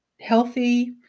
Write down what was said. healthy